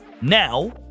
Now